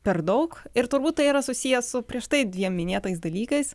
per daug ir turbūt tai yra susiję su prieš tai dviem minėtais dalykais